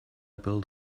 built